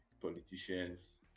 politicians